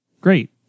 Great